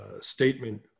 statement